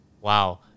wow